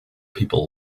people